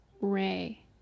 Ray